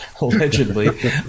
allegedly